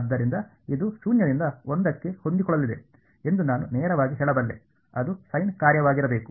ಆದ್ದರಿಂದ ಇದು ಶೂನ್ಯದಿಂದ ಒಂದಕ್ಕೆ ಹೊಂದಿಕೊಳ್ಳಲಿದೆ ಎಂದು ನಾನು ನೇರವಾಗಿ ಹೇಳಬಲ್ಲೆ ಅದು ಸೈನ್ ಕಾರ್ಯವಾಗಿರಬೇಕು